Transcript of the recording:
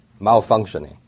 malfunctioning